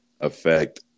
affect